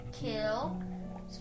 kill